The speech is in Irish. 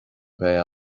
bheidh